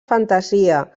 fantasia